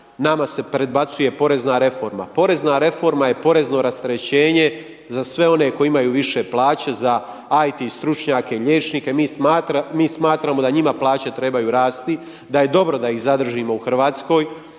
Nama se predbacuje porezna reforma. Porezna reforma je porezno rasterećenje za sve one koji imaju više plaće, za IT stručnjake, liječnike. Mi smatramo da njima plaće trebaju rasti, da je dobro da ih zadržimo u Hrvatskoj.